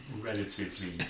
relatively